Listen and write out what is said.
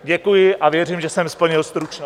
Děkuji a věřím, že jsem splnil stručnost.